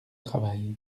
travail